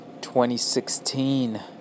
2016